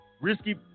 Risky